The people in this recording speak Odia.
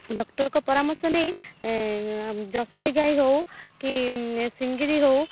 ଡାକ୍ତରଙ୍କ ପରାମର୍ଶ ନେଇ ଜର୍ସି ଗାଈ ହେଉ କି ସିଙ୍ଗିଲ୍ ହେଉ